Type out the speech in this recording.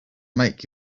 make